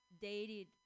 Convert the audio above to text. dated